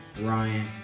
Ryan